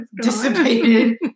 dissipated